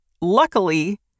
Luckily